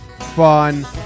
fun